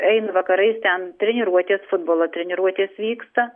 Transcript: eina vakarais ten treniruotės futbolo treniruotės vyksta